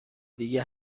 دیگه